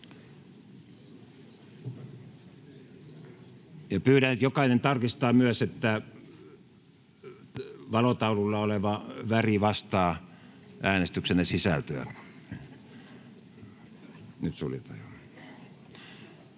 Pyydän, että jokainen tarkistaa myös, että valotaululla oleva väri vastaa äänestyksenne sisältöä.